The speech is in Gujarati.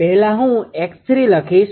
પહેલા હું લખીશ